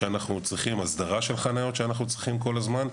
שלשם כך אנחנו צריכים הסדרה של חניות כל הזמן,